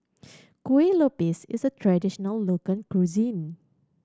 Kuih Lopes is a traditional local cuisine